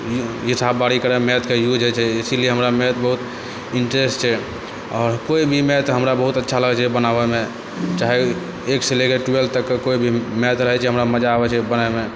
हिसाब बारी करैमे मैथके यूज होइ छै इसीलिये हमरा मैथ बहुत इन्टरेस्ट छै आओर कोइ भी हमरा बहुत अच्छा लागै छै बनाबैमे चाहे एकसँ लए कऽ ट्वेल्थ तक कोइ भी मैथ रहै छै मजा आबै छै बनाबैमे